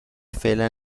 فعلا